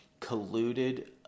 colluded